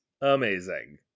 amazing